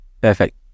perfect